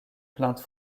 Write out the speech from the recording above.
plainte